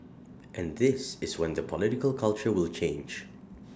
and this is when the political culture will change